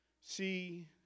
See